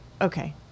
Okay